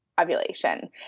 ovulation